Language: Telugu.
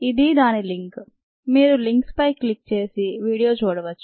ఇదీ దాని లింక్ మీరు లింక్పై క్లిక్ చేసి వీడియో చూడవచ్చు